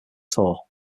tour